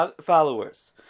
followers